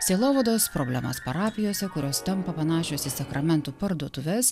sielovados problemas parapijose kurios tampa panašios į sakramentų parduotuves